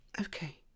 okay